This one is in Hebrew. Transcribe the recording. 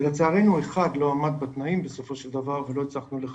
לצערנו אחד לא עמד בתנאים ולא הצלחנו לחבר.